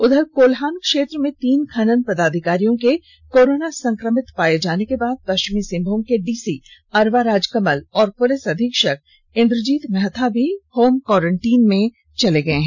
उधर कोल्हान क्षेत्र में तीन खनन पदाधिकारियों को कोरोना संक्रमित पाए जाने के बाद पष्विमी सिंहभूम के डीसी अरवा राजकमल और पुलिस अधीक्षक इंद्रजीत महथा भी होम क्वारेंटाइन में चले गए हैं